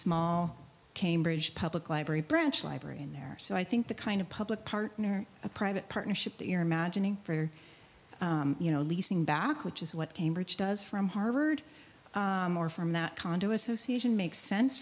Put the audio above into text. small cambridge public library branch library in there so i think the kind of public partner a private partnership the air imagining for you know leasing back which is what cambridge does from harvard or from the condo association makes sen